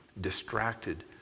distracted